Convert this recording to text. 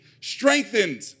strengthened